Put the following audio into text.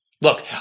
Look